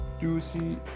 juicy